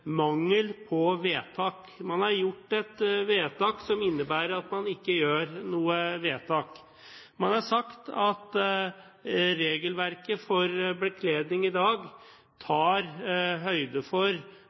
mangel på vedtak. Man har gjort et vedtak som innebærer at man ikke gjør noe vedtak. Man har sagt at regelverket for bekledning i dag tar høyde for